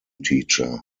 teacher